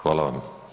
Hvala vam.